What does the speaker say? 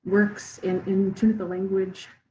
works in in tunica language.